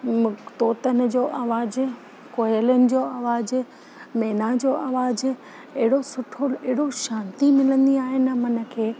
मु तोतनि जो आवाज़ु कोयलुनि जो आवाज़ु मैना जो आवाज़ु एॾो सुठो एॾो शांती मिलंदी आहे न मन खे